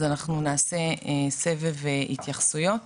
נעשה סבב התייחסויות.